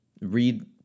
read